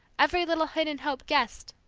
every little hidden hope guessed!